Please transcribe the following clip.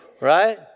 Right